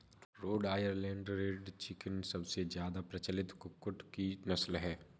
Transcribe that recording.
road Island Red chicken सबसे ज्यादा प्रचलित कुक्कुट की नस्ल है